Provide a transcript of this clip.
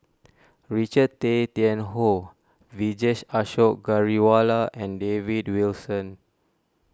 Richard Tay Tian Hoe Vijesh Ashok Ghariwala and David Wilson